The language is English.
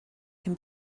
can